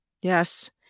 Yes